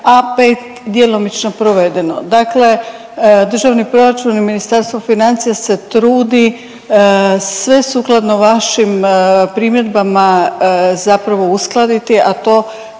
a 5 djelomično provedeno. Dakle državni proračun i Ministarstvo financija se trudi sve sukladno vašim primjedbama zapravo uskladiti, a to